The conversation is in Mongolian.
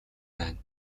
байна